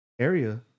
area